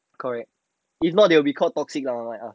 correct if not they will be called toxic lor like us